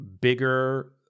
bigger